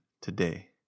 today